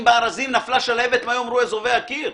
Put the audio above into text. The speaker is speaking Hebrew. אם בארזים נפלה שלהבת מה יאמרו אזובי הקיר.